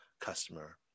customer